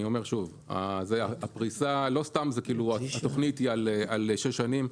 לא סתם התוכנית היא ל-6 שנים.